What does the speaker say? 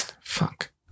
Fuck